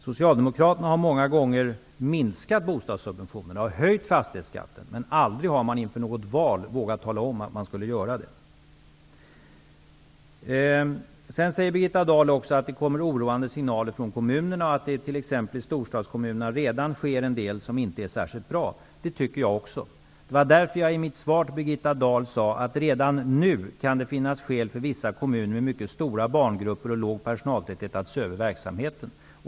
Socialdemokraterna har många gånger minskat bostadssubventionerna och höjt fastighetsskatten, men har aldrig inför något val vågat tala om att man skulle göra det. Vidare säger Birgitta Dahl att det kommer oroande signaler från kommunerna och att det i storstadskommunerna redan sker en del som inte är särskilt bra. Det tycker också jag. Det var därför som jag i mitt svar till Birgitta Dahl sade att det redan nu kan finnas skäl för vissa kommuner med mycket stora barngrupper och låg personaltäthet att se över verksamheten.